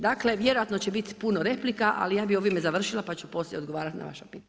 Dakle, vjerojatno će biti puno replika, ali ja bi ovime završila, pa ću poslije odgovarati na vaša pitanja.